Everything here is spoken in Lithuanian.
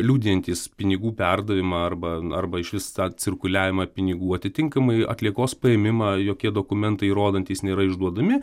liudijantys pinigų perdavimą arba arba išvis tą cirkuliavimą pinigų atitinkamai atliekos paėmimą jokie dokumentai įrodantys nėra išduodami